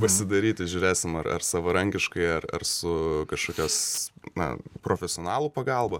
pasidaryt tai žiūrėsim ar ar savarankiškai ar ar su kažkokios na profesionalų pagalba